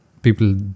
People